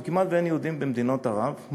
או כמעט שאין יהודים במדינות ערב,